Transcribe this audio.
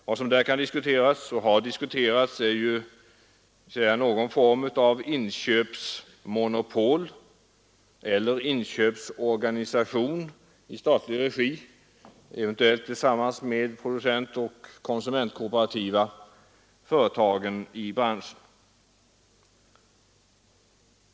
Vad som där kan diskuteras — och har diskuterats — är någon form av inköpsmonopol eller inköpsorganisation i statlig regi, eventuellt i samarbete med de producentoch konsumentkooperativa företagen i branschen.